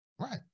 right